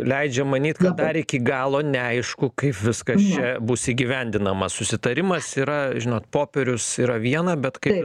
leidžia manyt kad dar iki galo neaišku kaip viskas čia bus įgyvendinama susitarimas yra žinot popierius yra viena bet kai